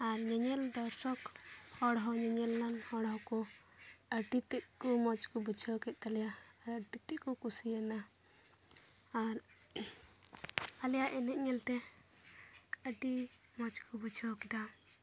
ᱟᱨ ᱧᱮᱧᱮᱞ ᱫᱚᱨᱥᱚᱠ ᱦᱚᱲ ᱦᱚᱸ ᱧᱮᱧᱮᱞ ᱱᱟᱞ ᱦᱚᱲ ᱦᱚᱸᱠᱚ ᱟᱹᱰᱤᱛᱮᱫ ᱠᱚ ᱢᱚᱡᱽ ᱠᱚ ᱵᱩᱡᱷᱟᱹᱣ ᱠᱮᱫ ᱛᱟᱞᱮᱭᱟ ᱟᱨ ᱟᱹᱰᱤᱛᱮᱫ ᱠᱚ ᱠᱩᱥᱤᱭᱟᱱᱟ ᱟᱨ ᱟᱞᱮᱭᱟᱜ ᱮᱱᱮᱡ ᱧᱮᱞᱛᱮ ᱟᱹᱰᱤ ᱢᱚᱡᱽ ᱠᱚ ᱵᱩᱡᱷᱟᱹᱣ ᱠᱮᱫᱟ